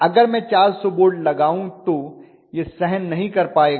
अगर मैं 400 वोल्ट लगाऊं तो यह सहन नहीं कर पाएगा